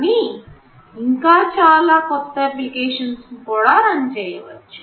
కానీఇంకా చాలా కొత్త ఎప్లికేషన్స్ కూడా రన్ చేయ వచ్చు